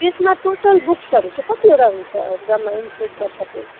त्यसमा टोटल बुक्सहरू चाहिँ कतिवटा हुन्छ जम्मै इनक्लुड गर्दा चाहिँ